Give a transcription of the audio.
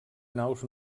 naus